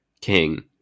king